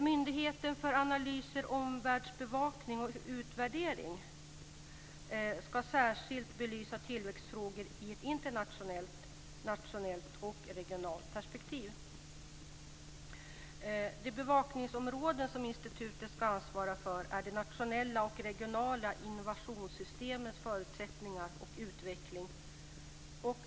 Myndigheten för analyser, omvärldsbevakning och utvärderingar ska särskilt belysa tillväxtfrågor i ett internationellt, nationellt och regionalt perspektiv. De bevakningsområden som institutet ska ansvara för är de nationella och regionala innovationssystemens förutsättningar och utveckling.